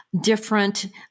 different